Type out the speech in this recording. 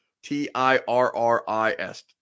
T-I-R-R-I-S